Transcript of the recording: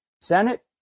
Senate